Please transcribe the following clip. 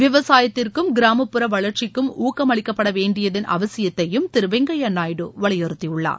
விவசாயத்திற்கும் கிராமப்புற கவளர்ச்சிக்கும் ஊக்கமளிக்கப்படவேண்டியதன் அவசியத்தையும் திரு வெங்கய்யா நாயுடு வலியுறுத்தினார்